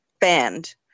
band